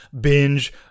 binge